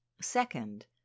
Second